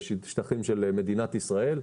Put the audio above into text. בשטחים של מדינת ישראל,